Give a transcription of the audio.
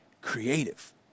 creative